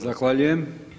Zahvaljujem.